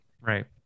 Right